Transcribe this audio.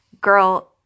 girl